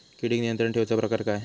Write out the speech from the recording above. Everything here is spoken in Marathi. किडिक नियंत्रण ठेवुचा प्रकार काय?